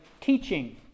teaching